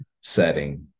setting